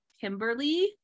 Kimberly